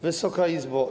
Wysoka Izbo!